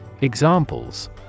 Examples